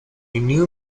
new